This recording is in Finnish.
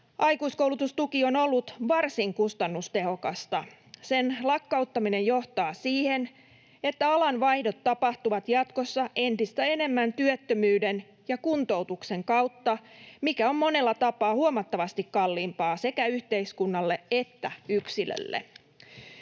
Aikuiskoulutustuki on ollut varsin kustannustehokasta. Sen lakkauttaminen johtaa siihen, että alanvaihdot tapahtuvat jatkossa entistä enemmän työttömyyden ja kuntoutuksen kautta, mikä on monella tapaa huomattavasti kalliimpaa sekä yhteiskunnalle että yksilölle.